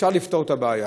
ואפשר לפתור את הבעיה.